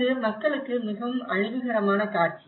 இது மக்களுக்கு மிகவும் அழிவுகரமான காட்சி